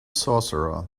sorcerer